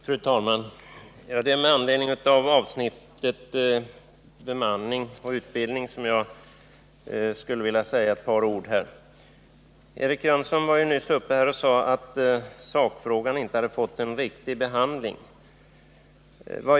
Fru talman! Jag skulle vilja säga några ord med anledning av avsnittet Bemanningsoch utbildningsfrågor. Eric Jönsson var nyss uppe och sade att sakfrågan inte hade fått en riktig behandling.